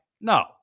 No